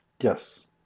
Yes